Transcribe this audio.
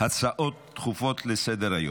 אני קובע כי גם הצעת חוק הפיקוח על שירותים פיננסיים (קופות גמל)